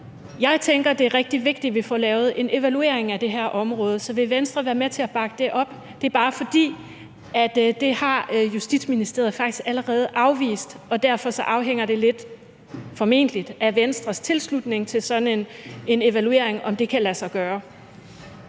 Jeg tænker, at det er rigtig vigtigt, vi får lavet en evaluering af det her område, så vil Venstre være med til at bakke det op? Det er bare, fordi Justitsministeriet faktisk allerede har afvist det, og derfor afhænger det formentlig lidt af Venstres tilslutning til sådan en evaluering, altså om det kan lade sig gøre.